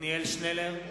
עתניאל שנלר,